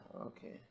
okay